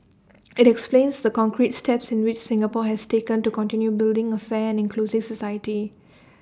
IT explains the concrete steps in which Singapore has taken to continue building A fair and inclusive society